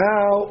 Now